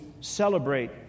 celebrate